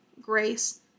grace